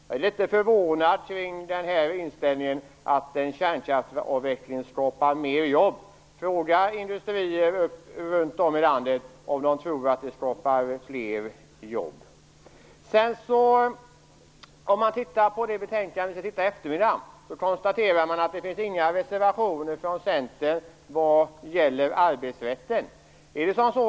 Jag är litet förvånad över inställningen att en kärnkraftsavveckling skapar fler jobb. Fråga industrier runt om i landet om de tror att det skapar fler jobb! Det finns inga reservationer från Centern vad gäller arbetsrätten i det betänkande som vi skall behandla i eftermiddag.